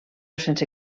sense